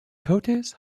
coates